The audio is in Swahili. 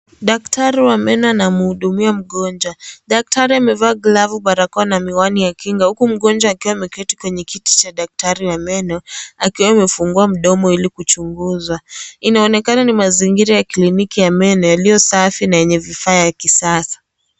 Daktari wa meno anamhudumia mgonjwa . Daktari amevaa glavu, barakoa na miwani ya kinga huku mgonjwa akiwa ameketi kwenye kiti cha daktari wa meno akiwa amefungua mdomo ili kuchunguzwa . Inaonekana ni mazingira ya kliniki ya meno yaliyo safi na yenye vifaa ya kisasa.